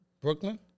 Brooklyn